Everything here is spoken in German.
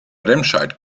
remscheid